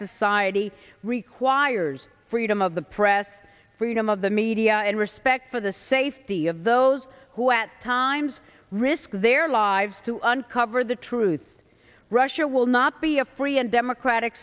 society requires freedom of the press freedom of the media and respect for the safety of those who at times risk their lives to uncover the truth russia will not be a free and democratic